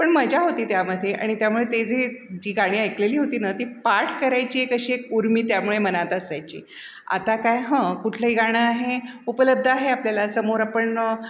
पण मजा होती त्यामध्ये आणि त्यामुळे ते जे जी गाणी ऐकलेली होती ना ती पाठ करायची एक अशी एक उर्मी त्यामुळे मनात असायची आता काय हं कुठलंही गाणं आहे उपलब्ध आहे आपल्याला समोर आपण